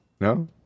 No